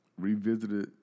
revisited